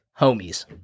homies